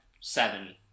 seven